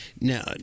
Now